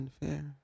Unfair